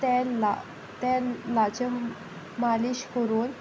तेला तेलाचें मालीश करून